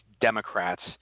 Democrats